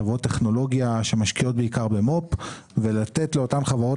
חברות טכנולוגיה שמשקיעות בעיקר במו"פ ולתת לאותן חברות